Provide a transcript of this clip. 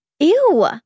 Ew